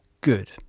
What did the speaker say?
good